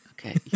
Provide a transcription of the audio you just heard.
Okay